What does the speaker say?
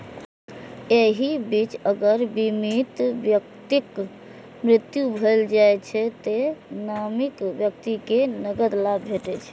एहि बीच अगर बीमित व्यक्तिक मृत्यु भए जाइ छै, तें नामित व्यक्ति कें नकद लाभ भेटै छै